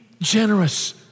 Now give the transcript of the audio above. generous